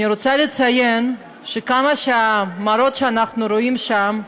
אני רוצה לציין שכמה שהמראות שאנחנו רואים שם,